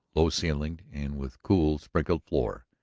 low-ceilinged and with cool, sprinkled floor,